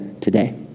today